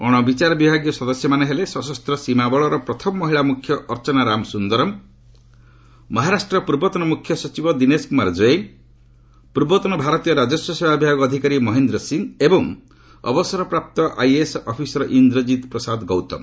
ଅଣବିଚାରବିଭାଗୀୟ ସଦସ୍ୟମାନେ ହେଲେ ସଶସ୍ତ ସୀମା ବଳର ପ୍ରଥମ ମହିଳା ମୁଖ୍ୟ ଅର୍ଚ୍ଚନା ରାମ ସୁନ୍ଦରମ୍ ମହାରାଷ୍ଟ୍ରର ପୂର୍ବତନ ମୁଖ୍ୟସଚିବ ଦିନେଶ କୁମାର ଜୈନ୍ ପୂର୍ବତନ ଭାରତୀୟ ରାଜସ୍ୱ ସେବା ବିଭାଗ ଅଧିକାରୀ ମହେନ୍ଦ୍ର ସିଂହ ଏବଂ ଅବସରପ୍ରାପ୍ତ ଆଇଏସ୍ଅଫିସର ଇନ୍ଦ୍ରଜିତ୍ ପ୍ରସାଦ ଗୌତମ